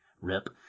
rip